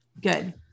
good